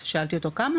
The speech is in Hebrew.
כמה?